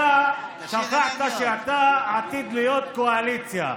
אתה שכחת שאתה עתיד להיות קואליציה.